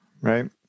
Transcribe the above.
right